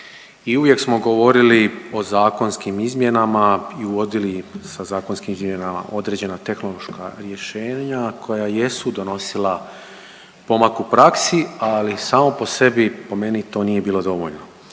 i uvijek smo govorili o zakonskim izmjenama i uvodili sa zakonskim izmjenama određena tehnološka rješenja koja jesu donosila pomak u praksi. Ali samo po sebi, po meni to nije bilo dovoljno.